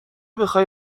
بخای